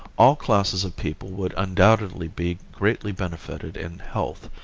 all classes of people would undoubtedly be greatly benefited in health,